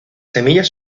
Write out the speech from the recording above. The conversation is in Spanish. semillas